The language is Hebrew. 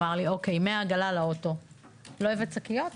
ומאז תמיד יש לי באוטו תמיד שקיות,